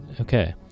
Okay